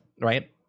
right